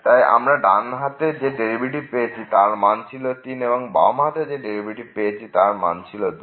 তাই আমরা ডান হাতে যে ডেরিভেটিভ পেয়েছি তার মান ছিল 3 ও বাম হাতে যে ডেরিভেটিভ পেয়েছি তার মান ছিল 2